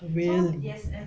really